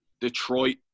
Detroit